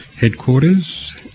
headquarters